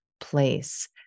place